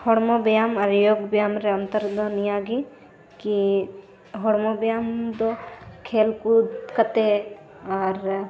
ᱦᱚᱲᱢᱚ ᱵᱮᱭᱟᱢ ᱟᱨ ᱡᱳᱜᱽ ᱵᱮᱭᱟᱢ ᱨᱮ ᱚᱱᱛᱮ ᱨᱮᱫᱚ ᱱᱤᱭᱟᱹᱜᱮ ᱠᱤ ᱦᱚᱲᱢᱚ ᱵᱮᱭᱟᱢ ᱫᱚ ᱠᱷᱮᱞ ᱠᱩᱫ ᱠᱟᱛᱮ ᱟᱨ